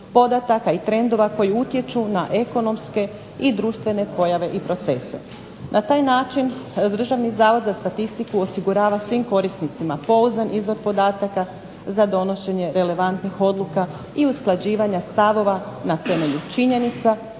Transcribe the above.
podataka i trendova koji utječu na ekonomske i društvene pojave i procese. Na taj način Državni zavod za statistiku osigurava svim korisnicima pouzdan izvor podataka za donošenje relevantnih odluka i usklađivanja stavova na temelju činjenica